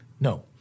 No